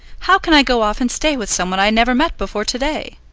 how can i go off and stay with someone i never met before to-day?